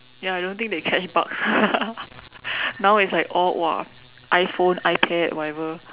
ya I don't think they catch bug now it's like all !wah! iPhone iPad whatever